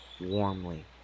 warmly